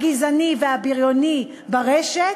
הגזעני והבריוני ברשת,